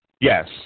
Yes